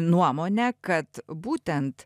nuomonę kad būtent